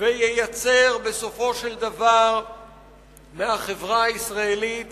וייצרו בסופו של דבר מהחברה הישראלית